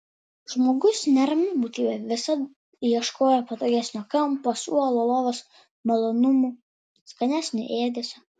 žmogus nerami būtybė visad ieškojo patogesnio kampo suolo lovos malonumų skanesnio ėdesio